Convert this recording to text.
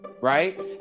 Right